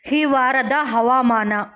ಈ ವಾರದ ಹವಾಮಾನ